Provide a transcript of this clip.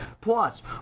Plus